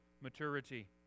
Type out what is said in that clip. maturity